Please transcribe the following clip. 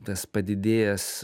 tas padidėjęs